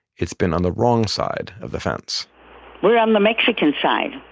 it's been on the wrong side of the fence we're on the mexican side.